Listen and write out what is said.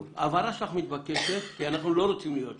ההבהרה שלך מתבקשת כי אנחנו לא רוצים להיות שם.